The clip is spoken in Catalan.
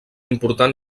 important